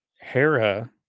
Hera